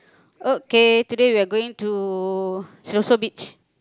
okay today we are going to Siloso Beach